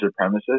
supremacist